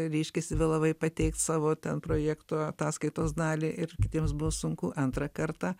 reiškiasi vėlavai pateikt savo ten projekto ataskaitos dalį ir kitiems buvo sunku antrą kartą